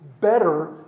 better